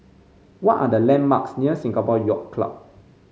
what are the landmarks near Singapore Yacht Club